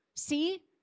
see